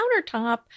countertop